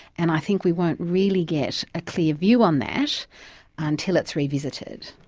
and i think we won't really get a clear view on that until it's revisited.